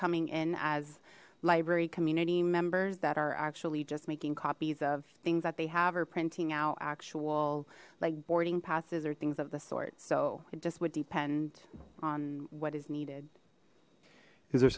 coming in as library community members that are actually just making copies of things that they have or printing out actual like boarding passes or things of the sort so it just would depend on what is needed is there